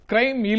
Crime